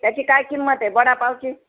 त्याची काय किंमत आहे वडापावची